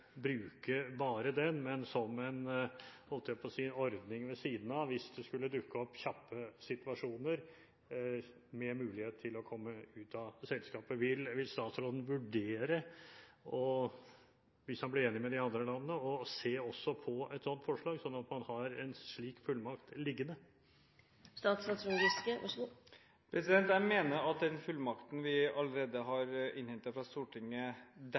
bare den, men som en ordning ved siden av hvis det skulle dukke opp kjappe situasjoner med mulighet for å komme ut av selskapet? Vil statsråden vurdere – hvis han ble enig med de andre landene – å se også på et sånt forslag, sånn at man har en slik fullmakt liggende? Jeg mener at den fullmakten vi allerede har innhentet fra Stortinget,